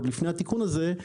עוד לפני התיקון הזה,